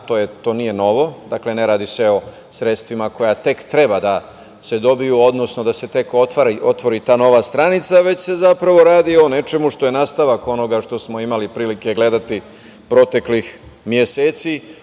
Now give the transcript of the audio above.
to nije novo, dakle ne radi se o sredstvima koja tek treba da se dobiju, odnosno da se tek otvara ta nova stranica, već se zapravo radi o nečemu što je nastavak onoga što smo imali prilike gledati proteklih meseci